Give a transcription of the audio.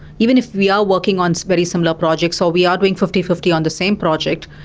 even if we are working on very similar projects, so we are doing fifty fifty on the same project,